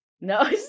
No